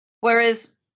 Whereas